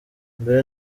mbere